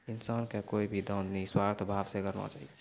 इंसान के कोय भी दान निस्वार्थ भाव से करना चाहियो